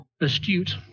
astute